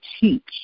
teach